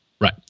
Right